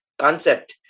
concept